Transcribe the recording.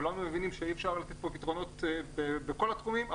כולנו מבינים שאי אפשר לתת פה פתרונות בכל התחומים,